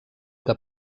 que